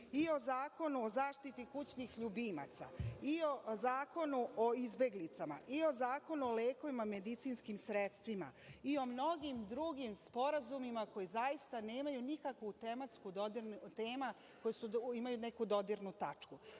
i o zakonu o zaštiti kućnih ljubimaca, i o Zakonu o izbeglicama, i o Zakonu o lekovima i medicinskim sredstvima i o mnogim drugim sporazumima koji zaista nemaju tema koji imaju neku dodirnu tačku,